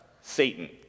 Satan